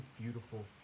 beautiful